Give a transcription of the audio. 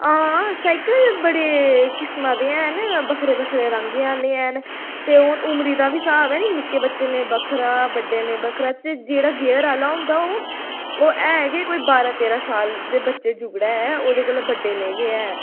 हां साइकल बड़े किस्मां दे हैन बक्खरे बक्खरे रंगें आह्ले हैन ते ओह् उमरी दा बी स्हाब ऐ निं निक्के बच्चें लेई बक्खरा बड्डें लेई बक्खरा ते जे जेह्ड़ा गेयर आह्ला होंदा ओह् ओह् है गै कोई बारां तेरां साल दे बच्चे जुह्गड़ा ऐ ओह्दे कोला बड्डें लेई गै ऐ